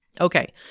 Okay